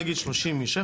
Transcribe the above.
נגיד 30 איש.